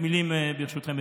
ברשותכם,